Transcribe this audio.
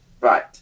Right